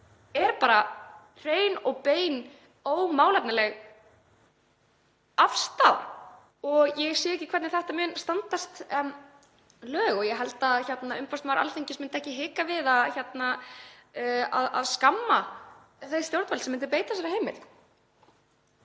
er bara hrein og bein ómálefnaleg afstaða. Ég sé ekki hvernig þetta mun standast lög og ég held að umboðsmaður Alþingis myndi ekki hika við að skamma þau stjórnvöld sem myndu beita þessari heimild.